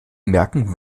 merken